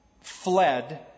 fled